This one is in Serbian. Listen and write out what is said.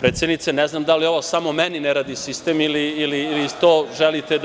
Predsednice, ne znam da li ovo samo meni ne radi sistem ili želite